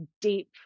deep